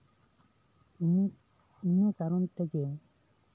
ᱱᱤᱭᱟᱹ ᱱᱤᱭᱟᱹ ᱠᱟᱨᱚᱱ ᱛᱮᱜᱮ